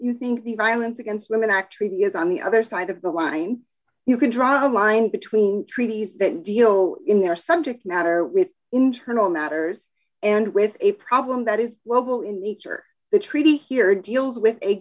you think the violence against women act treaty is on the other side of the line you can draw the line between treaties that deal in their subject matter with internal matters and with a problem that is what will in each or the treaty here deals with a